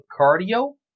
cardio